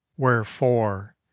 wherefore